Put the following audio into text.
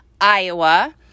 Iowa